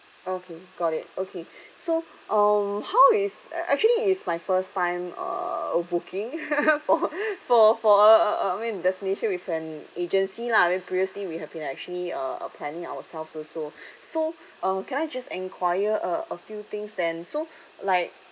okay got it okay so um how is actually it's my first time uh booking for for for a a I mean destination with an agency lah I mean previously we have been actually uh uh planning ourselves also so uh can I just enquire uh a few things then so like